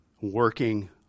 working